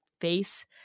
face